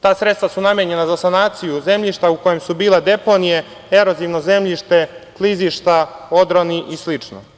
Ta sredstva su namenjena za sanaciju zemljišta u kojem su bile deponije, erozivno zemljište, klizišta, odroni i slično.